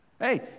Hey